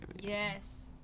yes